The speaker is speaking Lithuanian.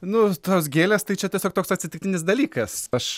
nu tos gėlės tai čia tiesiog toks atsitiktinis dalykas aš